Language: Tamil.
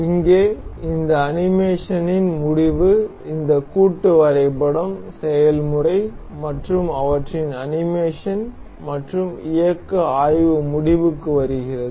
இங்கே இந்த அனிமேஷனின் முடிவு இந்த கூட்டு வரைபடம் செயல்முறை மற்றும் அவற்றின் அனிமேஷன் மற்றும் இயக்க ஆய்வு முடிவுக்கு வருகிறது